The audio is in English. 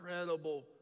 incredible